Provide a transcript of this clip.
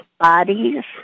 bodies